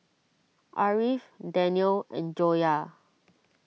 Ariff Danial and Joyah